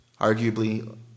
arguably